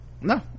No